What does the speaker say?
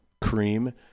Cream